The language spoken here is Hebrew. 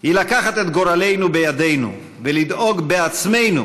היא לקחת את גורלנו בידינו ולדאוג בעצמנו